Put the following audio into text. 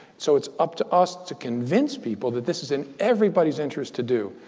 so it's up to us to convince people that this is in everybody's interest to do.